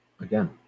again